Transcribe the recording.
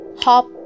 hop